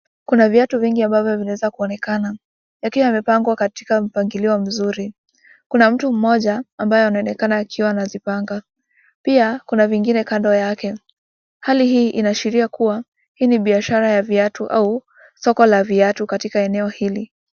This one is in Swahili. Kuna viatu vingi ambavyo vinaweza kuonekana yakiwa yamepangwa katika mpangilio mzuri. Kuna mtu mmoja ambaye anaonekana akizipanga pia kuna vingine kando yake, hali hii inaashiria kuwa hii ni biashara ya viatu au soko la viatu katika eneo hili.